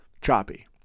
choppy